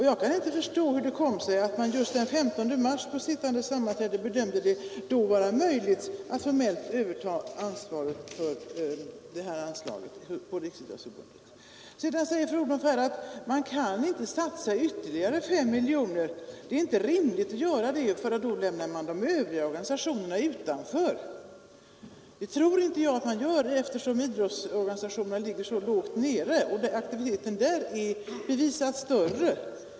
Jag kan inte förstå hur det kom sig att man just den 15 mars på sittande sammanträde bedömde det då vara möjligt att formellt överta ansvaret för detta anslag. Sedan säger fru Odhnoff att man inte kan satsa ytterligare 5 miljoner på idrotten — det vore inte rimligt att göra det eftersom man då lämnade de övriga organisationerna utanför. Det tror inte jag att man gör, eftersom idrottsorganisationerna när det gäller bidrag ligger så lågt. Aktiviteten där har bevisats vara större.